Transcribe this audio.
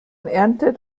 erntet